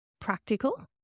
practical